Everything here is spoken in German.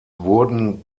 wurden